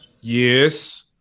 yes